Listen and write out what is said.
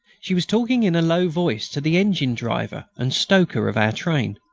she was talking in a low voice to the engine driver and stoker of our train.